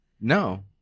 No